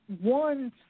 one